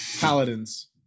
paladins